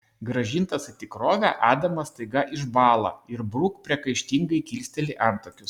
grąžintas į tikrovę adamas staiga išbąla ir bruk priekaištingai kilsteli antakius